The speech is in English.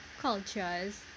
cultures